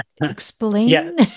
explain